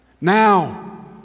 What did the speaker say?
Now